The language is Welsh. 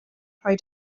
rhoi